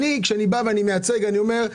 כשאני מייצג, אני אומר: